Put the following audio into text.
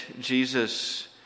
Jesus